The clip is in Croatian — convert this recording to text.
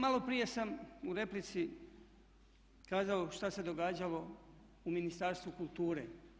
Maloprije sam u replici kazao što se događalo u Ministarstvu kulture.